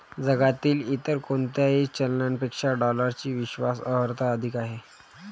जगातील इतर कोणत्याही चलनापेक्षा डॉलरची विश्वास अर्हता अधिक आहे